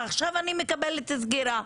ועכשיו אני מקבלת הודעה על סגירה.